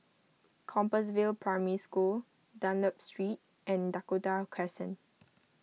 Compassvale Primary School Dunlop Street and Dakota Crescent